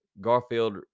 Garfield